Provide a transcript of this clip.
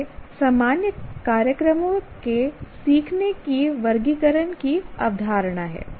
यह सामान्य कार्यक्रमों के सीखने की वर्गीकरण की अवधारणा है